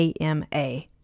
AMA